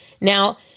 Now